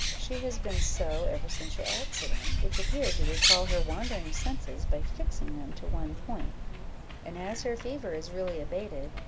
she has been so ever since your accident, which appeared to recall her wandering senses by fixing them to one point and as her fever is really abated,